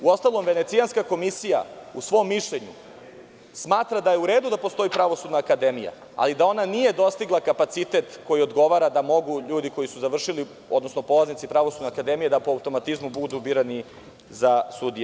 Uostalom, Venecijanska komisija u svom mišljenju smatra da je u redu da postoji Pravosudna akademija, ali da ona nije dostigla kapacitet koji odgovara da mogu ljudi koji su završili, odnosno polaznici Pravosudne akademije po automatizmu budu birani za sudije.